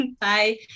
Bye